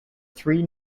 three